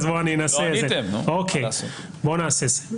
אז בוא אנסה לעשות סדר.